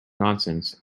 nonsense